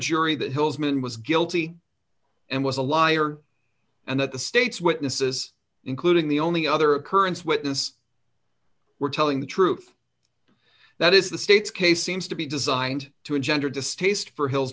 jury that hill's man was guilty and was a liar and that the state's witnesses including the only other occurrence witness were telling the truth that is the state's case seems to be designed to engender distaste for hill